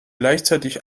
gleichzeitig